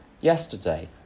yesterday